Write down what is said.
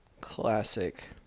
Classic